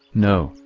no,